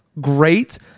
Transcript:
great